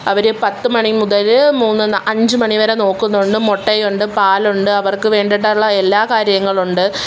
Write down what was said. അവര് പത്ത് മണി മുതല് മൂന്ന് അഞ്ച് മണി വരെ നോക്കുന്നുണ്ട് മുട്ടയുണ്ട് പാലുണ്ട് അവർക്ക് വേണ്ടിയിട്ടുള്ള എല്ലാ കാര്യങ്ങളുമുണ്ട്